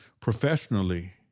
Professionally